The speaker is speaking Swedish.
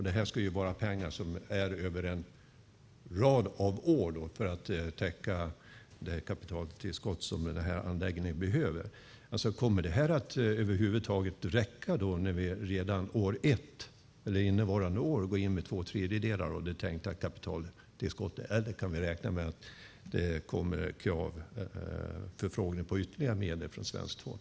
Detta ska pågå under en rad av år för att täcka det kapitaltillskott som anläggningen behöver, men kommer det att räcka när vi redan under år ett, alltså innevarande år, går in med två tredjedelar av det tänkta kapitaltillskottet, eller kan vi räkna med att det kommer förfrågningar om ytterligare medel från svenskt håll?